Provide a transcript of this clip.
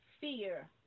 fear